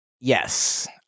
Yes